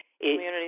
Community